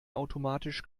automatisch